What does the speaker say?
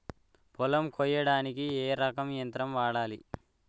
పొలం కొయ్యడానికి ఏ రకం యంత్రం వాడాలి?